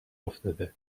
افتاده